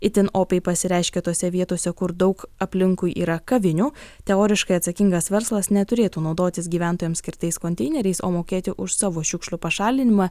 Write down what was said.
itin opiai pasireiškia tose vietose kur daug aplinkui yra kavinių teoriškai atsakingas verslas neturėtų naudotis gyventojams skirtais konteineriais o mokėti už savo šiukšlių pašalinimą